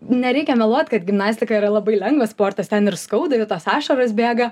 nereikia meluot kad gimnastika yra labai lengvas sportas ten ir skauda ir tos ašaros bėga